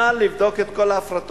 נא לבדוק את כל ההפרטות.